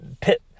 pit